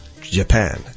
Japan